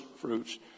fruits